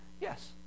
Yes